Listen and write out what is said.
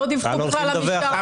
לא דיווחו למשטרה.